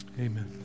amen